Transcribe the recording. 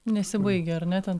nesibaigia ar ne ten